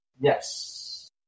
Yes